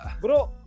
Bro